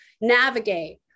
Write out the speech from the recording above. navigate